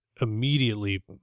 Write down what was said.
immediately